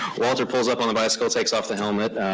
walter pulls up on a bicycle, takes off the helmet,